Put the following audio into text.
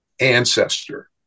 ancestor